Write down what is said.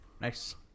Nice